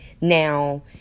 Now